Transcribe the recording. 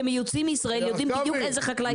פירות וירקות שמיוצאים מישראל יודעים בדיוק איזה חקלאי.